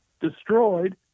destroyed